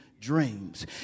dreams